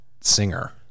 singer